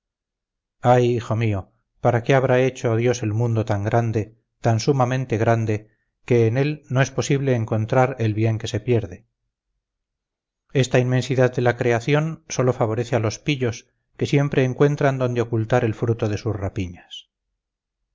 ay hijo mío para qué habrá hecho dios el mundo tan grande tan sumamente grande que en él no es posible encontrar el bien que se pierde esta inmensidad de la creación sólo favorece a los pillos que siempre encuentran donde ocultar el fruto de sus rapiñas